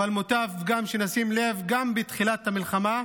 אבל מוטב שנשים לב, גם בתחילת המלחמה,